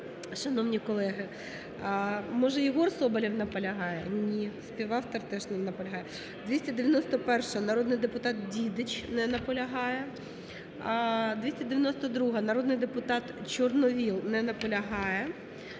шановні колеги. Може Єгор Соболєв наполягає? Ні, співавтор теж не наполягає. 291-а, народний депутат Дідич. Не наполягає. 292-а, народний депутат Чорновол. Не наполягає.